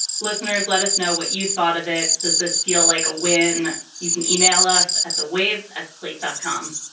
listeners, let us know what you thought of it. does this feel like a win? you can e-mail us at the waves at slate dot com